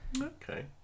okay